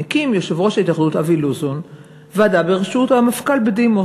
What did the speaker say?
הקים יושב-ראש ההתאחדות אבי לוזון ועדה בראשות המפכ"ל בדימוס,